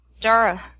Dara